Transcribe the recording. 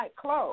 clothes